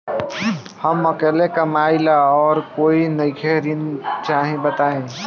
हम अकेले कमाई ला और कोई नइखे ऋण चाही बताई?